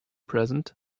present